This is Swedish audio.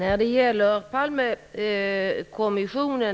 Fru talman!